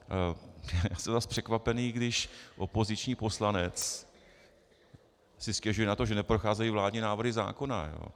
Já jsem zas překvapený, když opoziční poslanec si stěžuje na to, že neprocházejí vládní návrhy zákona.